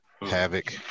havoc